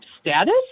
status